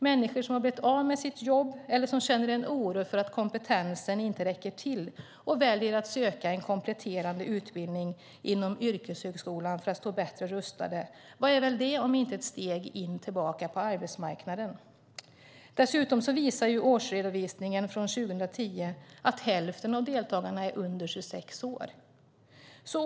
Människor som har blivit av med sitt jobb eller känner oro för att kompetensen inte räcker till väljer att söka en kompletterande utbildning inom yrkeshögskolan för att stå bättre rustade. Vad är väl det om inte ett steg tillbaka in på arbetsmarknaden? Dessutom visar årsredovisningen från 2010 att hälften av deltagarna är under 26 år.